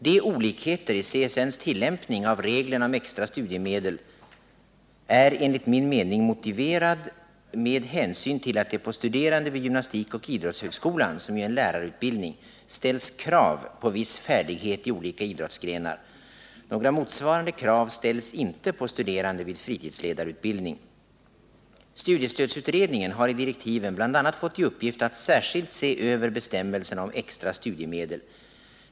Dessa olikheter i CSN:s tillämpning av reglerna om extra studiemedel är enligt min mening motiverade med hänsyn till att det på studerande vid gymnastikoch idrottshögskolan, som ju undergår en lärarutbildning, ställs krav på viss färdighet i olika idrottsgrenar. Några motsvarande krav ställs inte på studerande vid fritidsledarutbildning. Studiestödsutredningen har i direktiven bl.a. fått i uppgift att särskilt se över bestämmelserna om extra studiemedel.